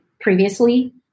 previously